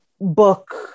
book